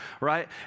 right